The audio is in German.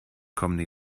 kommende